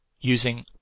using